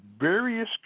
various